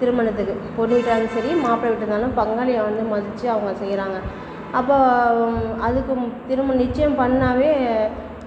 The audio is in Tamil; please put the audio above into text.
திருமணத்துக்கு பொண்ணு வீட்டுக்காரங்களும் சரி மாப்பிள்ள வீட்டுக்காரங்களும் பங்காளியை வந்து மதிச்சி அவங்க செய்கிறாங்க அப்போது அதுக்கு திருமணம் நிச்சயம் பண்ணாவே